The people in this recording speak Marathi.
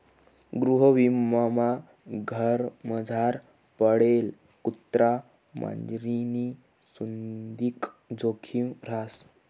गृहविमामा घरमझार पाळेल कुत्रा मांजरनी सुदीक जोखिम रहास